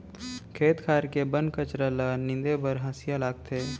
खेत खार के बन कचरा ल नींदे बर हँसिया लागथे